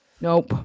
Nope